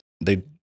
they-